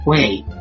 Wait